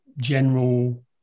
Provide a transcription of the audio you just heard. general